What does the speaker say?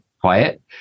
quiet